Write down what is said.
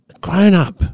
grown-up